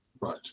Right